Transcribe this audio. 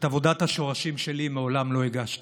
את עבודת השורשים שלי מעולם לא הגשתי.